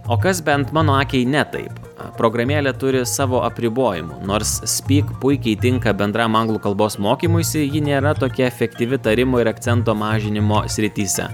o kas bent mano akiai ne taip programėlė turi savo apribojimų nors speak puikiai tinka bendram anglų kalbos mokymuisi ji nėra tokia efektyvi tarimo ir akcento mažinimo srityse